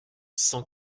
cent